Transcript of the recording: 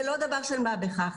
זה לא דבר של מה בכך.